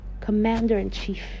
commander-in-chief